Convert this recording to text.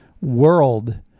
world